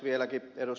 vieläkin ed